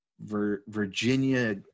Virginia